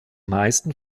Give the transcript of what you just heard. meisten